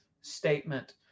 statement